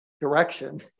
direction